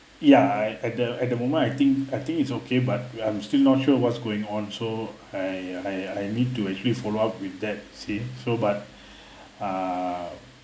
ya at at the at the moment I think I think it's okay but I'm still not sure what's going on so I I I need to actually follow up with that see so but err